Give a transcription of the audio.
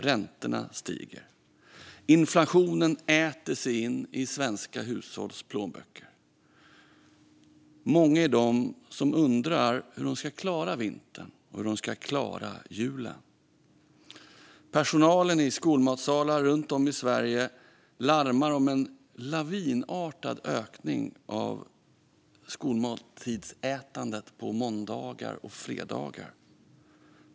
Räntorna stiger. Inflationen äter sig in i svenska hushålls plånböcker. Många undrar hur de ska klara vintern och hur de ska klara julen. Personalen i skolmatsalar runt om i Sverige larmar om en lavinartad ökning av skolmatsätandet på måndagar och fredagar.